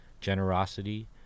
generosity